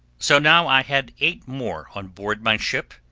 so now i had eight more on board my ship,